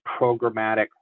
programmatic